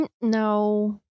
No